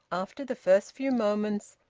after the first few moments,